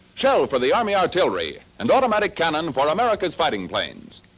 so for the army artillery, and automatic canon for america's fighting planes.